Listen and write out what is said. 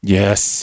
yes